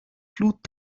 flut